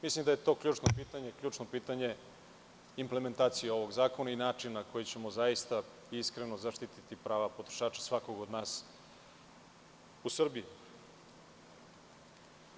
Mislim da je tu ključno pitanje implementacije ovog zakona i način na koji ćemo zaista iskreno zaštiti prava potrošača svakog od nas u Srbiji.